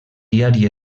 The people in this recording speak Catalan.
diari